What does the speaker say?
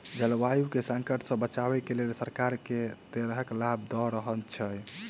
जलवायु केँ संकट सऽ बचाबै केँ लेल सरकार केँ तरहक लाभ दऽ रहल छै?